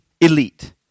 elite